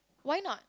why not